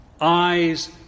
eyes